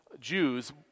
Jews